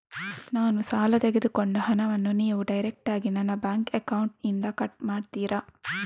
ನಾನು ಸಾಲ ತೆಗೆದುಕೊಂಡ ಹಣವನ್ನು ನೀವು ಡೈರೆಕ್ಟಾಗಿ ನನ್ನ ಬ್ಯಾಂಕ್ ಅಕೌಂಟ್ ಇಂದ ಕಟ್ ಮಾಡ್ತೀರಾ?